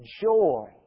joy